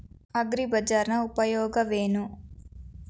ಅಗ್ರಿಬಜಾರ್ ನ ಉಪಯೋಗವೇನು?